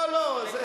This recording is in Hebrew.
זה לא עניין של זמן,